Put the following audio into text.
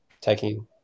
taking